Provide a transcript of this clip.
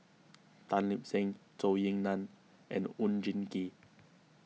Tan Lip Seng Zhou Ying Nan and Oon Jin Gee